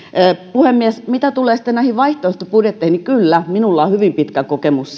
puhemies mitä tulee sitten näihin vaihtoehtobudjetteihin niin kyllä minulla on hyvin pitkä kokemus